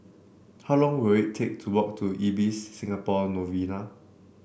how long will it take to walk to Ibis Singapore Novena